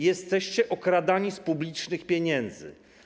Jesteście okradani z publicznych pieniędzy.